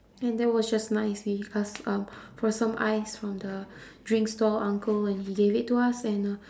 and there was just nice we ask um for some ice from the drink stall uncle and he gave it to us and uh